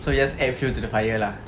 so you just add fuel to the fire lah